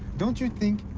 don't you think,